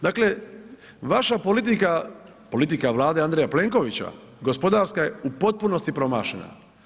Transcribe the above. Dakle, vaša politika, politika Vlade Andreja Plenkovića, gospodarska je u potpunosti promašena.